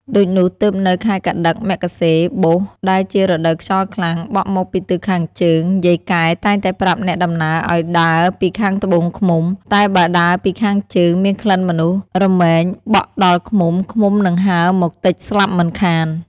ដូចនោះ ទើបនៅខែកត្តិក-មិគសិរ-បុស្ស ដែលជារដូវខ្យល់ខ្លាំង បក់មកពីទិសខាងជើង យាយកែតែងតែប្រាប់អ្នកដំណើរឲ្យដើរពីខាងត្បូងឃ្មុំ តែបើដើរពីខាងជើង មានក្លិនមនុស្សរមែងបក់ដល់ឃ្មុំៗនឹងហើរមកទិចស្លាប់មិនខាន ។